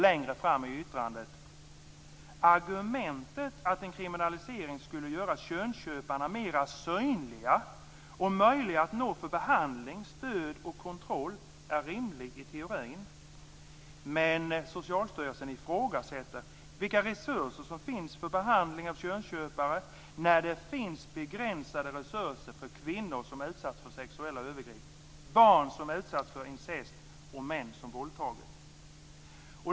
Man skriver: Argumentet att en kriminalisering skulle göra könsköparna mer synliga och möjliga att nå för behandling, stöd och kontroll är rimligt i teorin, men Socialstyrelsen ifrågasätter vilka resurser som finns för behandling av könsköpare när det finns begränsade resurser för kvinnor som utsatts för sexuella övergrepp, barn som utsatts för incest och män som våldtagit.